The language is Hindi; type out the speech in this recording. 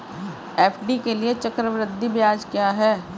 एफ.डी के लिए चक्रवृद्धि ब्याज क्या है?